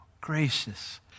gracious